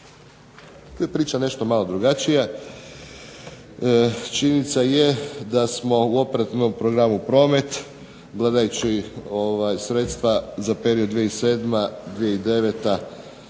tu je priča nešto malo drugačija. Činjenica je da smo u operativnom programu promet gledajući sredstva za period 2007.-2009.